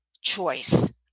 choice